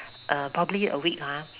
uh probably a week ah